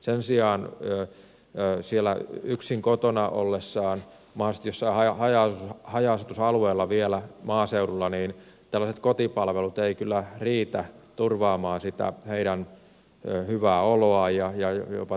sen sijaan jos he ovat yksin siellä kotona mahdollisesti jossain haja asutusalueella vielä maaseudulla niin tällaiset kotipalvelut eivät kyllä riitä turvaamaan sitä heidän hyvää oloaan ja jopa terveyttään